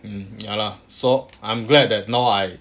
mm ya so I'm glad that now I